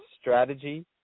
strategy